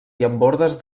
llambordes